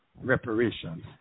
reparations